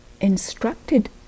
instructed